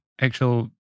actual